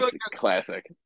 classic